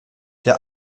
der